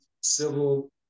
civil